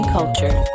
Culture